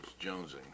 Jonesing